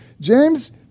James